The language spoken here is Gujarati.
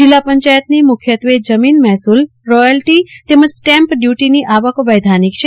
જિલ્લા પંચાયત ની મુખ્યત્વે જમીન મહેસુલ રોયલ્ટી તેમજ સ્ટેમ્પ ડયુટીની વૈધાનિક છે